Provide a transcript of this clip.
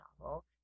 novel